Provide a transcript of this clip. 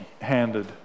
handed